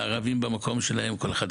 חיי האזרח באופן הרבה יותר מהיר,